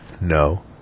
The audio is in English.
no